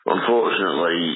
Unfortunately